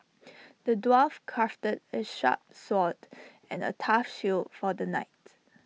the dwarf crafted A sharp sword and A tough shield for the knight